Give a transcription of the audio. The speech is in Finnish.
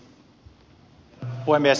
herra puhemies